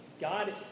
God